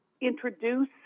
introduce